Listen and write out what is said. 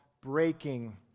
breaking